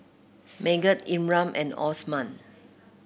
Megat Imran and Osman